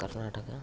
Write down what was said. Karnataka